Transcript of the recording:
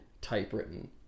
typewritten